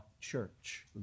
church